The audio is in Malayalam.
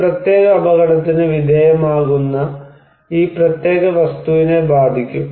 ഒരു പ്രത്യേക അപകടത്തിന് വിധേയമാകുന്ന ഈ പ്രത്യേക വസ്തുവിനെ ബാധിക്കും